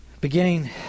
Beginning